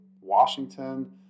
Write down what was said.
Washington